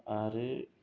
आरो